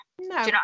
no